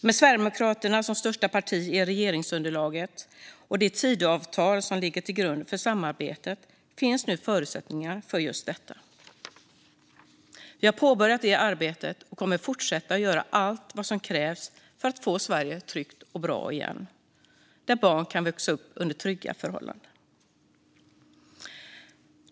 Med Sverigedemokraterna som största parti i regeringsunderlaget och med det Tidöavtal som ligger till grund för samarbetet finns nu förutsättningar för just detta. Vi har påbörjat det arbetet och kommer att fortsätta göra allt vad som krävs för att få Sverige tryggt och bra igen, så att barn kan växa upp under trygga förhållanden.